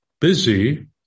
busy